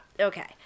Okay